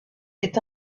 est